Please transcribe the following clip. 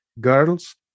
girls